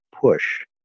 push